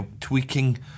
tweaking